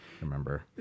remember